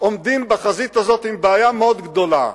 עומדים בחזית הזו עם בעיה מאוד גדולה,